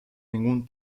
ningún